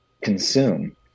consume